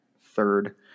third